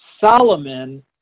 Solomon